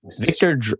Victor